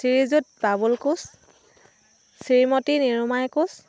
Srijut Babul Koch Shrimati Nirumai Koch